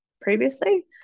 previously